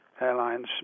Airlines